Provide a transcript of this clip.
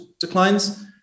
declines